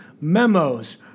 memos